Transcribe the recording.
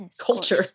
culture